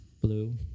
Blue